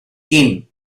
qin